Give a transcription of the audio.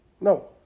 No